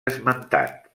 esmentat